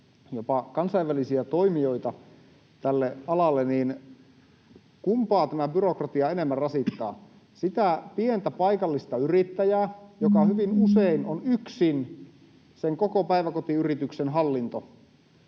jopa kansainvälisiä toimijoita tälle alalle. Kumpaa tämä byrokratia enemmän rasittaa: sitä pientä paikallista yrittäjää, joka hyvin usein on yksin sen koko päiväkotiyrityksen hallinto,